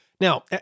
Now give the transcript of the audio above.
Now